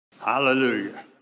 Hallelujah